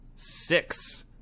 six